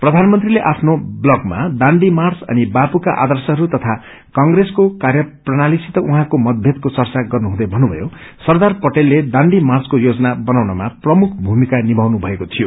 प्रधानमंत्रीले आफ्नो ब्लागमा राण्ड मार्च अनि बापूका आर्दशहरू तथा कप्रेसको कार्यप्रणालीसित वझैंको मतभेदको चर्चा गर्नुहुँदै मन्नुमयो सरदार पटेलले दाष्डी मार्चको योजना बनाउनमा प्रमुख भूमिका निमाउनु भएको शियो